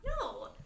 No